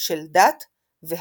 של דת והגות.